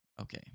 Okay